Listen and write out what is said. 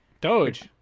Doge